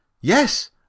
Yes